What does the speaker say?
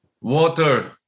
water